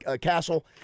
castle